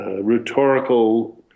rhetorical